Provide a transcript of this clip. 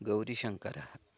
गौरीशङ्करः